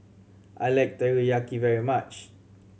I like Teriyaki very much